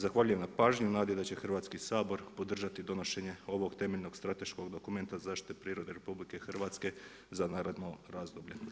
Zahvaljujem na pravci u nadi da će Hrvatski sabor podržati donošenje ovog temeljnog strateškog dokumenta zaštite prirode RH za narodno razdoblje.